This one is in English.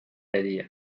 idea